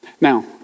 Now